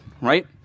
right